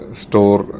store